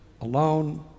alone